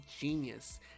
genius